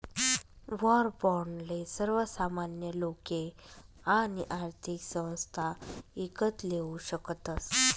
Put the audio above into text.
war बाॅन्डले सर्वसामान्य लोके आणि आर्थिक संस्था ईकत लेवू शकतस